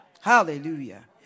Hallelujah